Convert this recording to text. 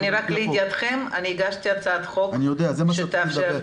רק לידיעתכם הגשתי הצעת חוק שתאפשר --- אני יודע זה מה שרציתי לומר.